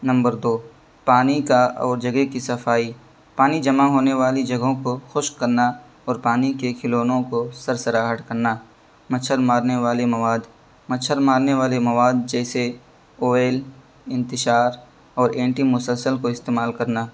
number دو پانی کا اور جگہ کی صفائی پانی جمع ہونے والی جگہوں کو خشک کرنا اور پانی کے کھلونوں کو سرسراہٹ کرنا مچھر مارنے والے مواد مچھر مارنے والے مواد جیسے آئل انتشار اور اینٹی مسلسل کو استعمال کرنا